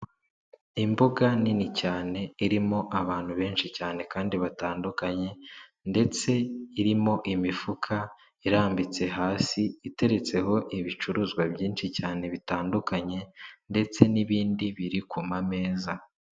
Imbuga nini cyane irimo abantu benshi cyane kandi batandukanye ndetse irimo imifuka irambitse hasi, iteretseho ibicuruzwa byinshi cyane bitandukanye ndetse n'ibindi biri ku mameza.